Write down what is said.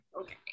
Okay